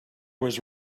was